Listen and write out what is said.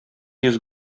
йөз